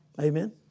Amen